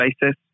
basis